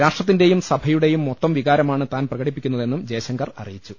രാഷ്ട്രത്തിന്റെയും സഭയുടെയും മൊത്തം വികാരമാണ് താൻ പ്രകടിപ്പിക്കുന്ന തെന്നും ജയശങ്കർ അറിയിച്ചു